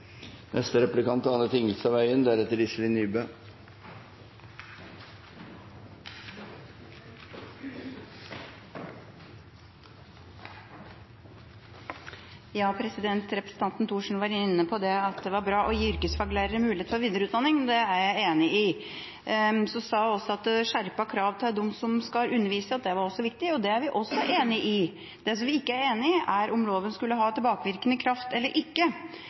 Representanten Thorsen var inne på at det er bra å gi yrkesfaglærere mulighet til videreutdanning. Det er jeg enig i. Hun sa også at skjerpede krav til dem som skal undervise, er viktig – og det er vi også enig i. Men det vi ikke er enig i, er om loven skal ha tilbakevirkende kraft eller ikke.